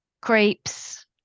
creeps